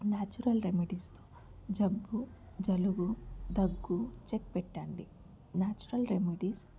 natural remedies జబ్బు జలుబు దగ్గు చెక్ పెట్టండి నేచురల్ రెమెడీస్